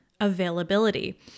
availability